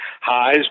highs